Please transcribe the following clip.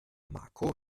marco